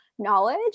knowledge